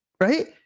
Right